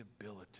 ability